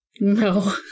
No